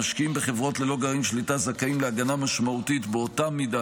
המשקיעים בחברות ללא גרעין שליטה זכאים להגנה משמעותית באותה מידה